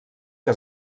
que